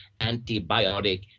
antibiotic